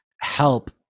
help